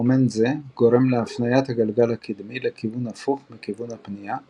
מומנט זה גורם להפניית הגלגל הקדמי לכיוון הפוך מכיוון הפנייה,